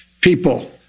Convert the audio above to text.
people